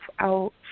out